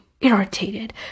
irritated